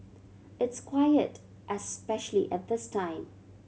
it's quiet especially at this time